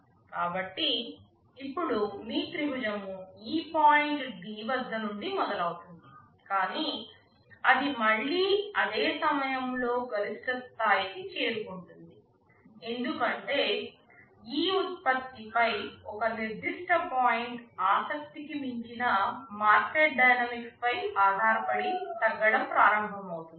కాబట్టి ఇప్పుడు మీ త్రిభుజం ఈ పాయింట్ D వద్ద నుండి మొదలవుతుంది కానీ అది మళ్ళీ అదే సమయంలో గరిష్ట స్థాయికి చేరుకుంటుంది ఎందుకంటే ఆ ఉత్పత్తిపై ఒక నిర్దిష్ట పాయింట్ ఆసక్తికి మించిన మార్కెట్ డైనమిక్స్పై ఆధారపడి తగ్గడం ప్రారంభమవుతుంది